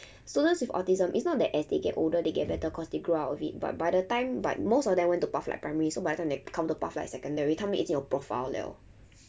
students with autism it's not that as they get older they get better cause they grow out of it but by the time but most of them went to pathlight primary so by the time they come to pathlight secondary 他们已经有 profile liao